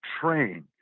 train